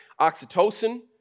Oxytocin